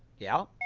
yeah?